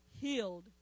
healed